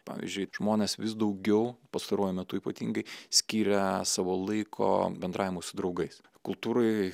pavyzdžiui žmonės vis daugiau pastaruoju metu ypatingai skiria savo laiko bendravimui su draugais kultūrai